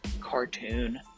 cartoon